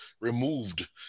removed